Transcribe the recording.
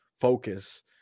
focus